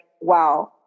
wow